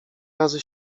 razy